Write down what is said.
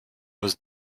was